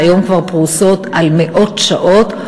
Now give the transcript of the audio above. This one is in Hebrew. שהיום כבר פרוסות על מאות שעות,